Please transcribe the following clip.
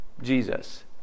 Jesus